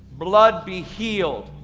blood be healed,